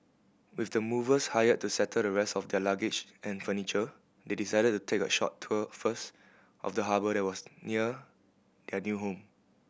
with the movers hired to settle the rest of their luggage and furniture they decided to take a short tour first of the harbour that was near their new home